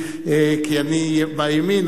כי אני בימין,